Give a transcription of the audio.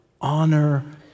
honor